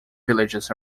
villages